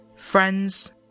Friends